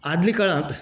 आदलें काळांत